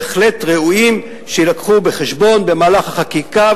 בהחלט ראויים שיובאו בחשבון במהלך החקיקה,